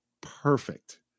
perfect